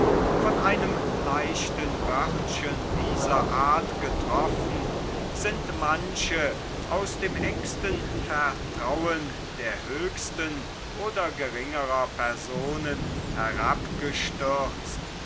von einem leichten wörtchen dieser art getroffen sind manche aus dem engsten vertrauen der höchsten oder geringerer personen herabgestürzt